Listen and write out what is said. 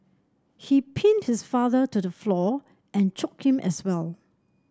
he pinned his father to the floor and choked him as well